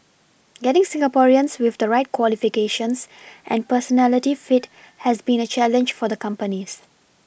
getting Singaporeans with the right qualifications and personality fit has been a challenge for the companies